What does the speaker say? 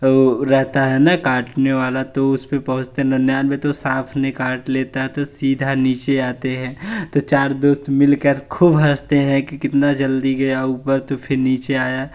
रहता है न काटने वाला तो उस पर पहुँचते हैं निन्यानवे तो साँप ने काट लेता है तो सीधा नीचे आते हैं तो चार दोस्त मिलकर खूब हँसते हैं कि कितना जल्दी गया ऊपर तो फ़िर नीचे आया